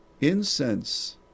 incense